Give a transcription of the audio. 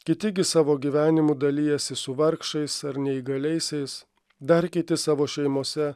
kiti gi savo gyvenimu dalijasi su vargšais ar neįgaliaisiais dar kiti savo šeimose